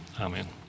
amen